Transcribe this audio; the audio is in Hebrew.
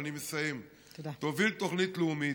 ואני מסיים: תוביל תוכנית לאומית.